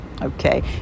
Okay